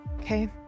Okay